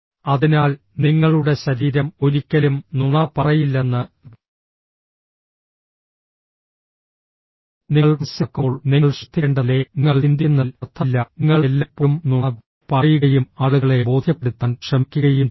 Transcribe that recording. അതിനാൽ നിങ്ങളുടെ ശരീരം ഒരിക്കലും നുണ പറയില്ലെന്ന് നിങ്ങൾ മനസ്സിലാക്കുമ്പോൾ നിങ്ങൾ ശ്രദ്ധിക്കേണ്ടതല്ലേ നിങ്ങൾ ചിന്തിക്കുന്നതിൽ അർത്ഥമില്ല നിങ്ങൾ എല്ലായ്പ്പോഴും നുണ പറയുകയും ആളുകളെ ബോധ്യപ്പെടുത്താൻ ശ്രമിക്കുകയും ചെയ്യും